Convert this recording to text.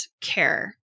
care